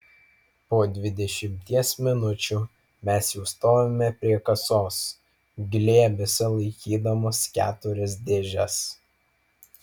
po dvidešimties minučių mes jau stovime prie kasos glėbiuose laikydamos keturias dėžes